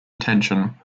attention